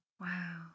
Wow